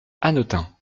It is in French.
hanotin